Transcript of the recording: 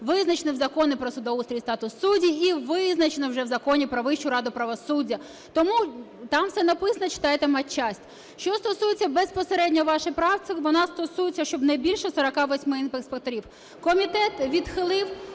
визначені в Законі "Про судоустрій та статус суддів" і визначено вже в Законі "Про Вищу раду правосуддя". Тому там все написано, читайте матчасть. Що стосується безпосередньо вашої правки, вона стосується, щоб не більше 48 інспекторів. Комітет відхилив,